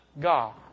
God